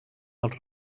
els